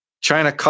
China